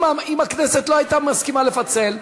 אם הכנסת לא הייתה מסכימה לפצל,